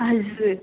हजुर